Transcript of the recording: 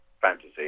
fantasy